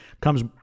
comes